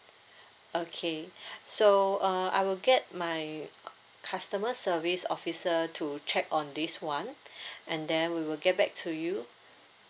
okay so uh I will get my customer service officer to check on this one and then we will get back to you